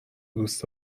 دوست